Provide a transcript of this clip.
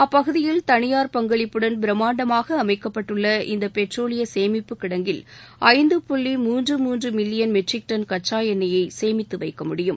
அப்பகுதியில் தனியார் பங்களிப்புடன் பிரம்மாண்டமாக அமைக்கப்பட்டுள்ள இந்த டெட்ரோலிய சேமிப்பு கிடங்கில் ஐந்து புள்ளி மூன்று மூன்று மில்லியன் மெட்ரிக் டன் கச்சா எண்ணெய்யை சேமித்துவைக்க முடியும்